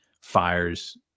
fires